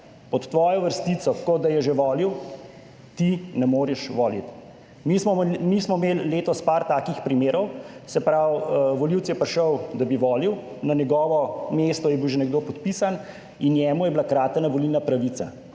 pod tvojo vrstico, kot da je že volil, ti ne moreš voliti. Mi smo imeli letos par takih primerov, se pravi, volivec je prišel, da bi volil, na njegovo mesto je bil že nekdo podpisan in njemu je bila kratena volilna pravica.